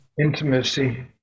Intimacy